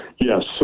Yes